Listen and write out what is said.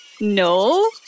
no